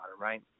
right